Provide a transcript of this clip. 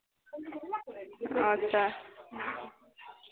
अच्छा